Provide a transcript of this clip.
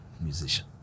musician